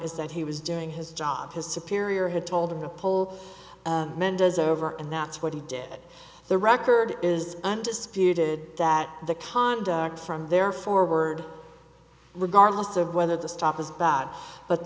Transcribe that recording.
is that he was doing his job his superior had told him to pull mendez over and that's what he did the record is undisputed that the conduct from there forward regardless of whether the stop was bad but